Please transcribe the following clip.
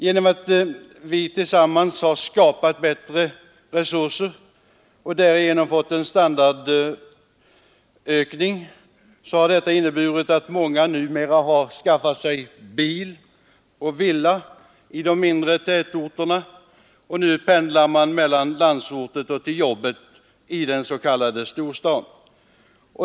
Genom att vi tillsammans har skapat bättre resurser och därigenom fått en standardökning har många numera skaffat sig bil och villa i de mindre tätorterna, och nu pendlar man mellan landsorten och jobben i den s.k. storstaden.